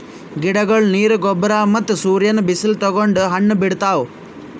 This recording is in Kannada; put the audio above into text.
ಗಿಡಗೊಳ್ ನೀರ್, ಗೊಬ್ಬರ್ ಮತ್ತ್ ಸೂರ್ಯನ್ ಬಿಸಿಲ್ ತಗೊಂಡ್ ಹಣ್ಣ್ ಬಿಡ್ತಾವ್